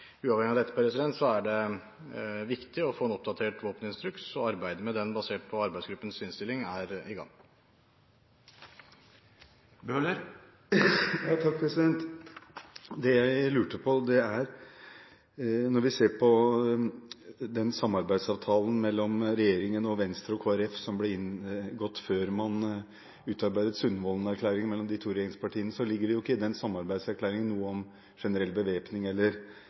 Uavhengig av dette er det viktig å få en oppdatert våpeninstruks, og arbeidet med den, basert på arbeidsgruppens innstilling, er i gang. Når vi ser på samarbeidsavtalen mellom regjeringen og Venstre og Kristelig Folkeparti, som ble inngått før man utarbeidet Sundvolden-erklæringen mellom de to regjeringspartiene, ligger der ikke noe om generell bevæpning eller den formuleringen som er brukt av Høyre og Fremskrittspartiet i Sundvolden-erklæringen. Når man sier at man ønsker å åpne for generell bevæpning